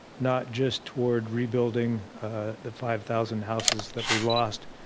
not just toward rebuilding the five thousand houses that we lost,